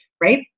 right